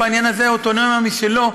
בעניין הזה יש לו אוטונומיה משלו,